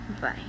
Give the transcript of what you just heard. Bye